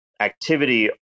activity